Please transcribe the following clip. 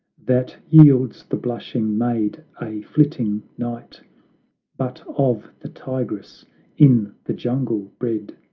that yields the blushing maid a flitting night but of the tigress in the jungle bred,